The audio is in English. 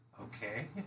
Okay